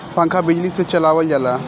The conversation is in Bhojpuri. पंखा बिजली से चलावल जाला